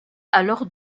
alors